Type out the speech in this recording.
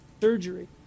Surgery